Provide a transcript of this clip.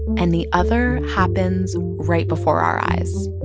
and the other happens right before our eyes.